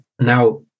Now